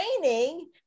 training